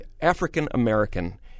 African-American